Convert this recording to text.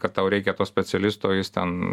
kad tau reikia specialisto jis ten